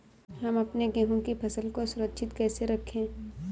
हम अपने गेहूँ की फसल को सुरक्षित कैसे रखें?